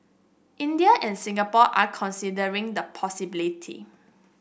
India and Singapore are considering the possibility